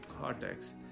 cortex